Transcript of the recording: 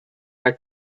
are